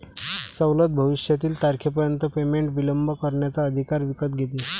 सवलत भविष्यातील तारखेपर्यंत पेमेंट विलंब करण्याचा अधिकार विकत घेते